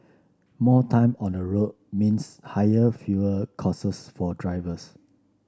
more time on the road means higher fuel costs for drivers